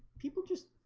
people just